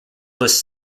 lists